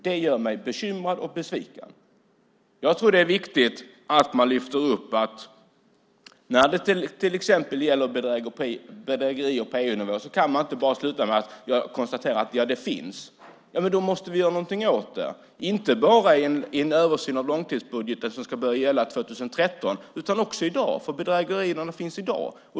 Det gör mig bekymrad och besviken. Jag tror att det är viktigt att lyfta upp att vi när det till exempel gäller bedrägerier på EU-nivå inte bara kan konstatera att de finns. Vi måste göra någonting åt det, inte bara i en översyn av långtidsbudgeten som ska börja gälla 2013. Det gäller också de bedrägerier som finns i dag.